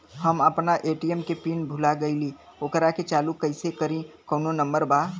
हम अपना ए.टी.एम के पिन भूला गईली ओकरा के चालू कइसे करी कौनो नंबर बा?